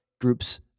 groups